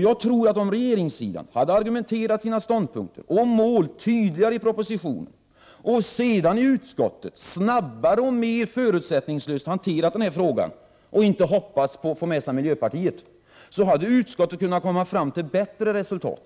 Jag tror att om regeringssidan hade argumenterat tydligare för sina ståndpunkter och mål i propositionen och sedan i utskottet snabbare och mer förutsättningslöst hanterat frågan och inte hoppats på att få med sig miljöpartiet, så hade utskottet kunnat komma fram till bättre resultat.